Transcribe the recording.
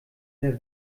der